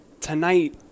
Tonight